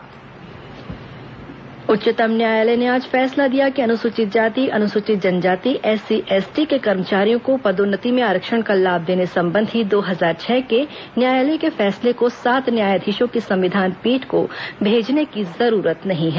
SC ST पदोन्नति आरक्षण उच्चतम न्यायालय ने आज फैसला दिया कि अनुसूचित जातिअनुसूचित जनजाति एससीएसटी के कर्मचारियों को पदोन्नति में आरक्षण का लाभ देने संबंधी दो हजार छह के न्यायालय के फैसले को सात न्यायाधीशों की संविधान पीठ को भेजने की जरूरत नहीं है